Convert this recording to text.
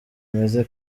bumeze